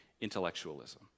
intellectualism